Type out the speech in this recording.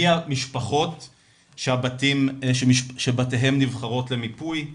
מי המשפחות שבתיהן נבחרות למיפוי?